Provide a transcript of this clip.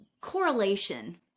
correlation